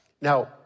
Now